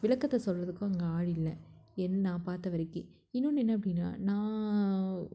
விளக்கத்தை சொல்கிறதுக்கோ அங்கே ஆள் இல்லை என்ன நான் பார்த்த வரைக்கு இன்னொன்று என்ன அப்படின்னா நான்